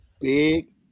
Big